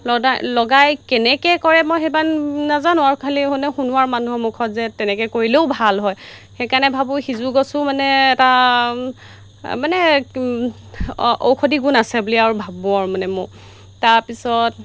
লডাই লগাই কেনেকৈ কৰে মই সেইবাণ নাজানো আৰু খালি মানে শুনোঁ আৰু মানুহৰ মুখত যে তেনেকৈ কৰিলেও ভাল হয় সেইকাৰণে ভাবোঁ সিজু গছো মানে এটা মানে ঔষধি গুণ আছে বুলি আৰু ভাবোঁ আৰু মানে মোক তাৰপিছত